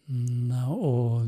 na o